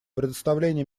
предоставление